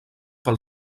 pel